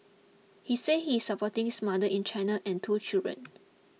he said he is supporting his mother in China and two children